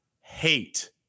hate